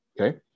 okay